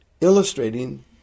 illustrating